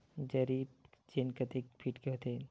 जरीब चेन कतेक फीट के होथे?